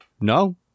No